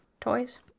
Toys